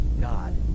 God